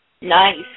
Nice